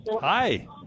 Hi